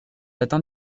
atteint